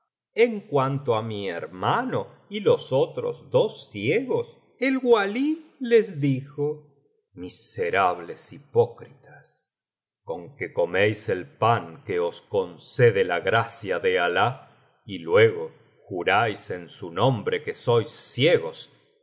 en cuanto á mi hermano y los otros dos ciegos el wali les dijo miserables hipócritas conque coméis el pan que os concede la gracia de alah y luego juráis en su nombre que sois ciegos